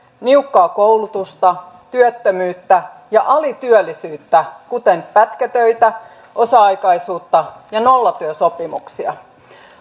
niukkaa koulutusta työttömyyttä ja alityöllisyyttä kuten pätkätöitä osa aikaisuutta ja nollatyösopimuksia